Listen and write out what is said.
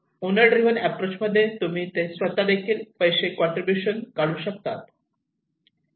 owner driven approach मध्ये ते स्वतः देखील पैसे कॉन्ट्रीब्युशन करू शकतात